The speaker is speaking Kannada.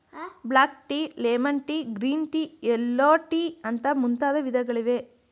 block tea, lemon tea, green tea, yellow tea ಅಂತ ಮುಂತಾದ ವಿಧಗಳಿವೆ